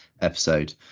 episode